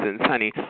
honey